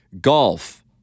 Golf